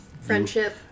friendship